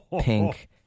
pink